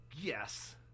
Yes